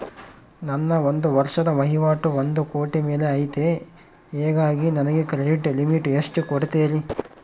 ನನ್ನ ಒಂದು ವರ್ಷದ ವಹಿವಾಟು ಒಂದು ಕೋಟಿ ಮೇಲೆ ಐತೆ ಹೇಗಾಗಿ ನನಗೆ ಕ್ರೆಡಿಟ್ ಲಿಮಿಟ್ ಎಷ್ಟು ಕೊಡ್ತೇರಿ?